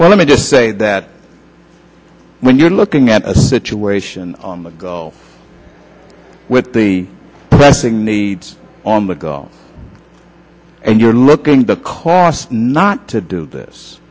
well let me just say that when you're looking at a situation with the pressing needs on the go and you're looking the cost not to do this